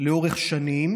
לאורך שנים,